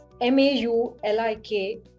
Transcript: M-A-U-L-I-K